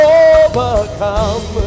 overcome